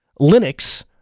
Linux